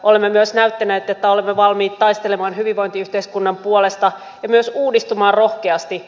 olemme myös näyttäneet että olemme valmiit taistelemaan hyvinvointiyhteiskunnan puolesta ja myös uudistumaan rohkeasti